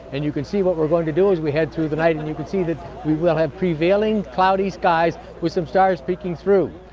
and you can see what we're going to do as we head through the night, and you can see we will have prevailing cloudy skies with some stars peeking through.